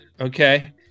Okay